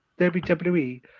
WWE